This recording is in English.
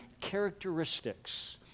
characteristics